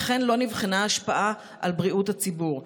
וכן לא נבחנה ההשפעה על בריאות הציבור.